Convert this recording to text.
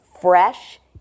fresh